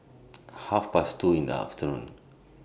Half Past two in The afternoon